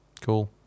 Cool